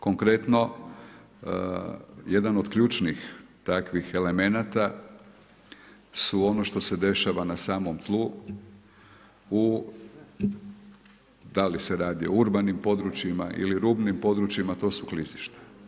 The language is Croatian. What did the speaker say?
Konkretno, jedan od ključnih takvih elemenata su ono što se dešava na samom dnu, u da li se radi u urbanim područjima ili rubnim područjima, to su klizišta.